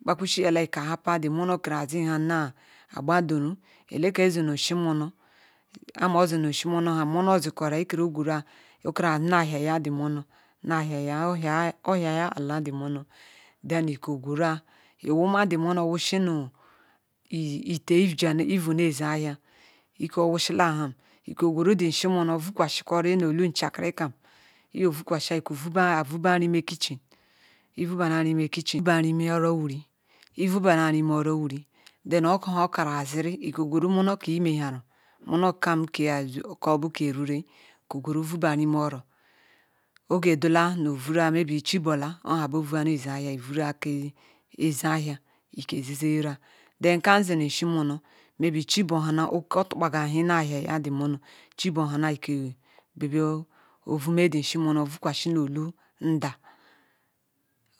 ikpa gwsi hola ihapa monor kere zham gbadoru ekeke zi nu oshi nonor ham ozi nu oshi monoru mono zikoram oke nu hishia tbe minor nu ahihia o hia aba the mongr ike gweruoa wuma the monur wushie nu ite iji be neze ahia ike wu shila ham ike gwera ite monor vushie nu uu ncha kiri ham iyesuukion shie ivu ba nme kitehan ivu bare chi boru azi vura keze ahia ike ze ze re ayi then ayan zinu ishi nwnu mbu chibomare odulba sahie na hiahia the monor ibia vume ten shu monor bia vukwa shie nu olu ndaa